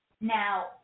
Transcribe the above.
Now